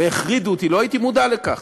והחרידו אותי, לא הייתי מודע לכך: